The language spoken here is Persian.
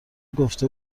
گفته